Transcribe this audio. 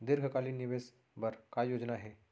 दीर्घकालिक निवेश बर का योजना हे?